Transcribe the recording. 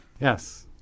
Yes